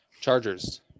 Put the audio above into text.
Chargers